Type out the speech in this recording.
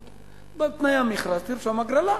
אמרתי: בתנאי המכרז תרשום "הגרלה".